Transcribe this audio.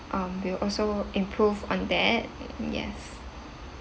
um we'll also improve on that yes